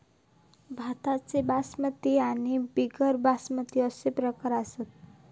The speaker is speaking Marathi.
भाताचे बासमती आणि बिगर बासमती अशे प्रकार असत